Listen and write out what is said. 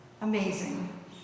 Amazing